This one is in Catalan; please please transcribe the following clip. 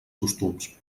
costums